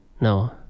No